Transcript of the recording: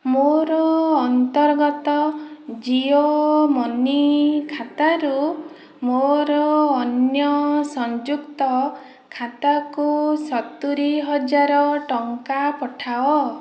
ମୋର ଅନ୍ତର୍ଗତ ଜିଓ ମନି ଖାତାରୁ ମୋର ଅନ୍ୟ ସଂଯୁକ୍ତ ଖାତାକୁ ସତୁରୀ ହଜାର ଟଙ୍କା ପଠାଅ